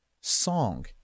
song